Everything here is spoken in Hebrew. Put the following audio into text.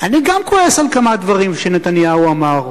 גם אני כועס על כמה דברים שנתניהו אמר.